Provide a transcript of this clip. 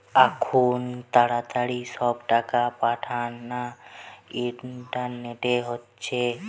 আখুন তাড়াতাড়ি সব টাকা পাঠানা ইন্টারনেটে হচ্ছে